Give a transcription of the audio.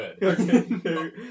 good